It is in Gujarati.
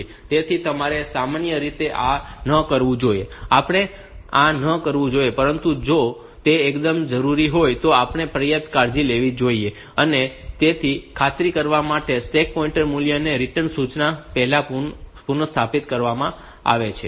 તેથી તમારે સામાન્ય રીતે આ ન કરવું જોઈએ આપણે આ ન કરવું જોઈએ પરંતુ જો તે એકદમ જરૂરી હોય તો આપણે પર્યાપ્ત કાળજી લેવી જોઈએ અને તેની ખાતરી કરવા માટે કે સ્ટેક પોઈન્ટર મૂલ્ય ને રીટર્ન સૂચના પહેલાં પુનઃસ્થાપિત કરવામાં આવે છે